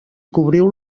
cobriu